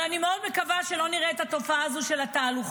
אבל אני מאוד מקווה שלא נראה את התופעה הזאת של התהלוכות.